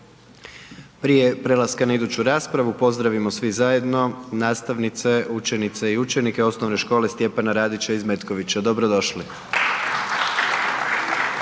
Prije prelaska na iduću raspravu pozdravimo svi zajedno nastavnice, učenice i učenike O.Š. Stjepan Radić iz Metkovića, dobro došli!